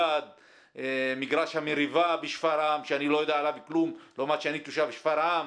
מגרש מריבה בשפרעם שאני לא יודע עליו כלום כתושב שפרעם,